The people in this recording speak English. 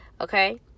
okay